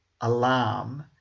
alarm